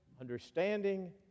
understanding